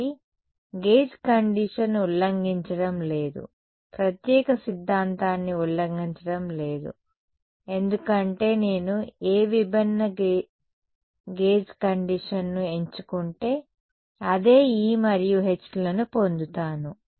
కాబట్టి gauge condition ఉల్లంఘించడం లేదు ప్రత్యేకత సిద్ధాంతాన్ని ఉల్లంఘించడం లేదు ఎందుకంటే నేను ఏ విభిన్న గేజ్ కండిషన్ను ఎంచుకుంటే అదే E మరియు Hలను పొందుతాను